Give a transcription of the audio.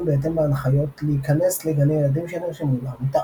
בהתאם להנחיות להיכנס לגני ילדים שנרשמו לעמותה.